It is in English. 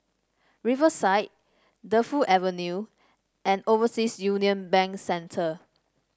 Riverside Defu Avenue and Overseas Union Bank Centre